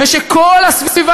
כל הזמן,